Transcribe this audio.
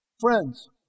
Friends